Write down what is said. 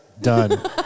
done